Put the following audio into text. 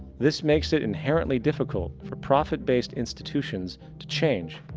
this makes it inherently difficult for profit-based institutions to change,